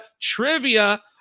trivia